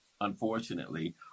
unfortunately